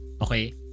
Okay